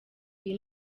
iyi